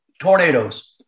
tornadoes